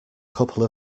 couple